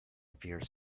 fierce